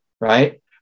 right